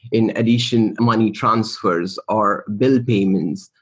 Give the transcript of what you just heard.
in addition, money transfers or bill payments.